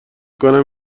کنم